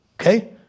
Okay